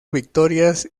victorias